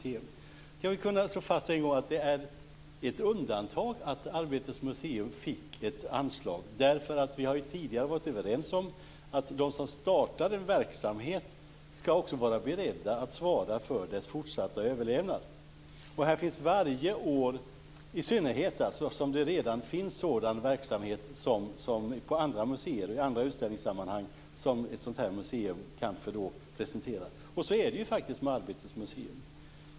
Vi har ju en gång kunnat slå fast att det var ett undantag att Arbetets museum fick ett anslag. Vi har tidigare varit överens om att de som startar en verksamhet också ska vara beredda att svara för dess fortsatta överlevnad, i synnerhet om det redan finns sådan verksamhet på andra museer och i andra utställningssammanhang som ett sådant museum presenterar. Och så är det ju faktiskt med Arbetets museum.